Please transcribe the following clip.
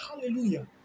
Hallelujah